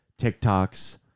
TikToks